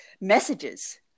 messages